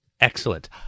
Excellent